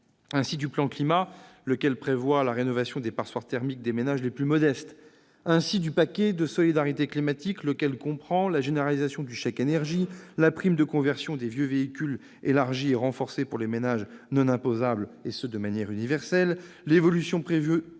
Ainsi du plan Climat, qui prévoit la rénovation des « passoires thermiques » des ménages les plus modestes. Ainsi du paquet de solidarité climatique, qui comprend la généralisation du chèque énergie, la prime de conversion des vieux véhicules, élargie et renforcée pour les ménages non imposables, et ce de manière universelle, et l'évolution, prévue